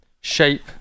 shape